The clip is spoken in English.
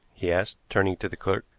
he asked, turning to the clerk.